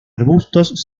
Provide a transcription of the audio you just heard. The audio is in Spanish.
arbustos